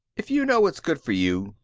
if you know what's good for you,